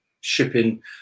shipping